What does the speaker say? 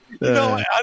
No